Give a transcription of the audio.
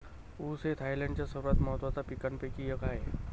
ऊस हे थायलंडच्या सर्वात महत्त्वाच्या पिकांपैकी एक आहे